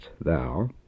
Thou